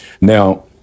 Now